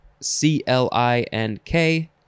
C-L-I-N-K